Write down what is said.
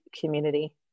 community